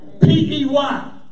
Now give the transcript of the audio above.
P-E-Y